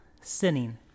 sinning